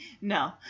No